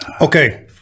Okay